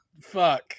Fuck